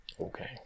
Okay